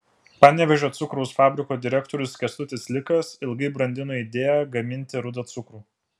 panevėžio cukraus fabriko direktorius kęstutis likas ilgai brandino idėją gaminti rudą cukrų